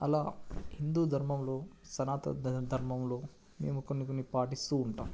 అలా హిందు ధర్మంలో సనాతన ధర్మంలో మేము కొన్ని కొన్ని పాటిస్తు ఉంటాం